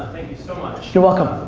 you so much. you're welcome.